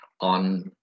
on